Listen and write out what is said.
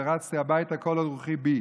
"ורצתי הביתה כל עוד רוחי בי".